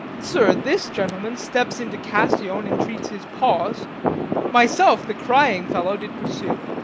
sir, this gentleman steps in to cassio and entreats his pause myself the crying fellow did pursue,